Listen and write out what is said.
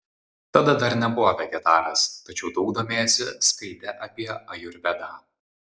tada dar nebuvo vegetaras tačiau daug domėjosi skaitė apie ajurvedą